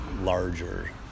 larger